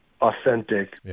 authentic